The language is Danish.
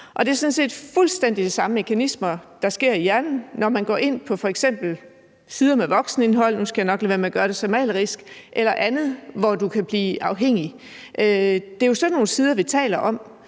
set fuldstændig de samme mekanismer, der sker i hjernen, når man går ind på f.eks. sider med voksenindhold – nu skal jeg nok lade være med at gøre det så malerisk – eller andet, hvor man kan blive afhængig. Det er jo sådan nogle sider, vi taler om.